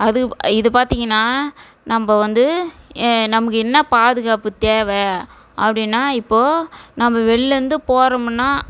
அது இது பார்த்தீங்கன்னா நம்ம வந்து நமக்கு என்ன பாதுகாப்பு தேவை அப்படின்னா இப்போது நம்ம வெளிலேந்து போகிறோமுன்னா